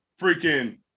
freaking